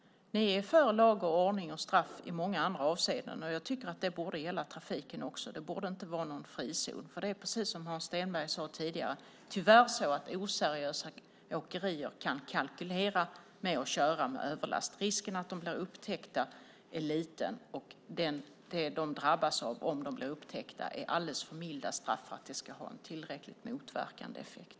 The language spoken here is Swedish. Ni är för lag och ordning och straff i många andra avseenden. Jag tycker att det borde gälla trafiken också. Det borde inte vara någon frizon. Precis som Hans Stenberg sade tidigare kan oseriösa åkerier tyvärr kalkylera med att köra med överlast. Risken att de blir upptäckta är liten, och det de drabbas av om de blir upptäckta är alldeles för milda straff för att det ska ha en tillräckligt motverkande effekt.